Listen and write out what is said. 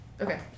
Okay